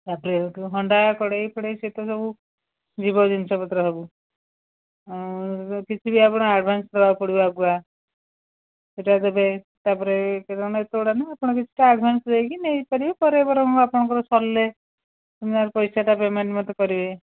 ତା'ପରେ ହଣ୍ଡା କଡ଼େଇ ଫଡ଼େଇ ସିଏ ତ ସବୁ ଯିବ ଜିନଷ ପତ୍ର ସବୁ ଆଉ କିଛି ବି ଆପଣ ଆଡ଼ଭାନ୍ସ ଦବାକୁ ପଡ଼ିବ ଆଗୁଆ ସେଇଟା ଦେବେ ତା'ପରେ ଜିନଷ ଏତେଗୁଡ଼ା ନା ଆପଣ କିଛିଟା ଆଡ଼ଭାନ୍ସ ଦେଇକି ନେଇପାରିବେ ପରେ ବରଂ ଆପଣଙ୍କର ସରିଲେ ଆମର ପଇସାଟା ପେମେଣ୍ଟ ମୋତେ କରିବେ